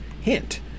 hint